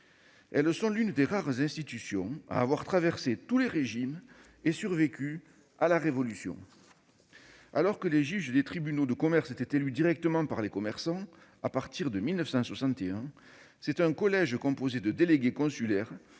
Elles sont l'une des rares institutions à avoir survécu à la Révolution et traversé tous les régimes. Alors que les juges des tribunaux de commerce étaient élus directement par les commerçants, à partir de 1961, c'est un collège composé de délégués consulaires,